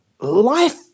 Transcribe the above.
life